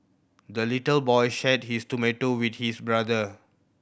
the little boy shared his tomato with his brother